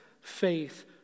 faith